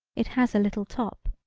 it has a little top.